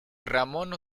ramón